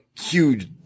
huge